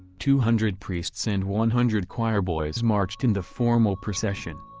two hundred priests and one hundred choirboys marched in the formal procession.